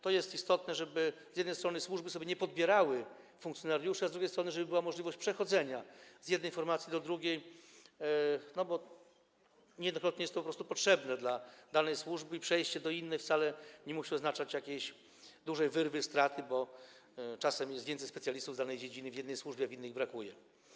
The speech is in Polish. To jest istotne, żeby z jednej strony służby sobie nie podbierały funkcjonariuszy, a żeby z drugiej strony była możliwość przechodzenia z jednej formacji do drugiej, bo niejednokrotnie jest to po prostu potrzebne w danej służbie, a przejście do innej wcale nie musi oznaczać jakiejś dużej wyrwy, straty, bo czasem jest więcej specjalistów z danej dziedziny w jednej służbie, a w innej ich brakuje.